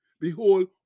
Behold